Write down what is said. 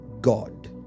god